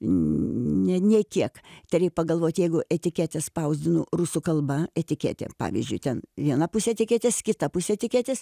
ne nė kiek tai reik pagalvoti jeigu etiketės spausdino rusų kalba etiketė pavyzdžiui ten viena pusė etiketės kita pusė etiketės